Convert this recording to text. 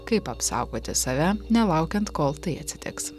kaip apsaugoti save nelaukiant kol tai atsitiks